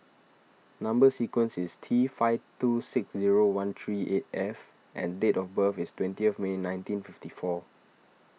Number Sequence is T five two six zero one three eight F and date of birth is twenty May nineteen fifty four